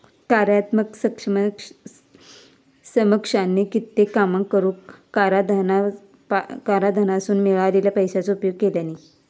कार्यात्मक समकक्षानी कित्येक कामांका करूक कराधानासून मिळालेल्या पैशाचो उपयोग केल्यानी